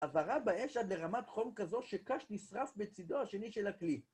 העברה באש עד לרמת חום כזו שקש נשרף בצדו השני של הכלי.